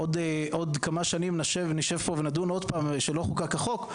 האם עוד כמה שנים נשב ונדון שוב שלא חוקק החוק?